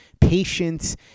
patience